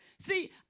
See